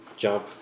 jump